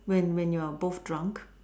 when when you are both drunk